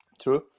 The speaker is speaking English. true